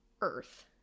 Earth